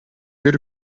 биир